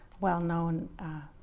well-known